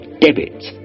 debit